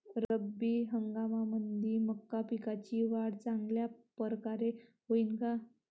रब्बी हंगामामंदी मका पिकाची वाढ चांगल्या परकारे होईन का?